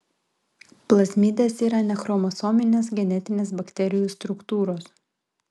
plazmidės yra nechromosominės genetinės bakterijų struktūros